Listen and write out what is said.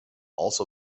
also